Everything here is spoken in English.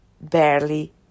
barely